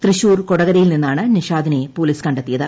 തൃശൂർ കൊടകരയിൽ നിന്നാണ് നിഷാദിനെ പൊലീസ് കണ്ടെത്തിയത്